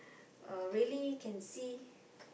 uh really can see